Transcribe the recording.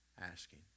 asking